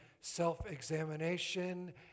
self-examination